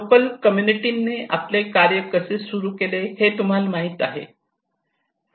local कम्युनिटीनी आपले कार्य कसे सुरू केले हे तुम्हाला माहित आहे